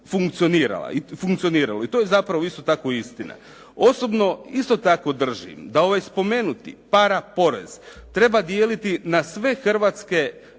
funkcioniralo i to je zapravo isto tako istina. Osobno isto tako držim da ovaj spomenuti para porez treba dijeliti na sve hrvatske